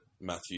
Matthew